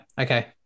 Okay